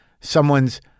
someone's